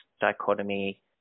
dichotomy